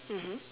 mmhmm